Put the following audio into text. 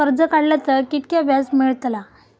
कर्ज काडला तर कीतक्या व्याज मेळतला?